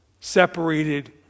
separated